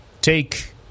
take